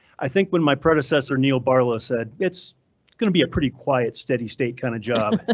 i think when my predecessor, neil barlow said it's going to be a pretty quiet, steady state kind of job,